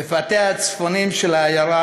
// בפאתיה הצפוניים של העיירה,